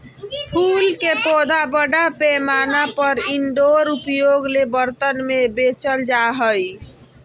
फूल के पौधा बड़ा पैमाना पर इनडोर उपयोग ले बर्तन में बेचल जा हइ